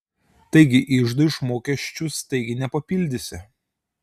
taigi iždo iš mokesčių staigiai nepapildysi